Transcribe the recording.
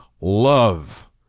love